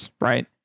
Right